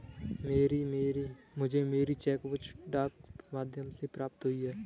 मुझे मेरी cheque book डाक के माध्यम से प्राप्त हुई है